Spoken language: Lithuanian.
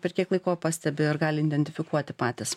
per kiek laiko pastebi ar gali identifikuoti patys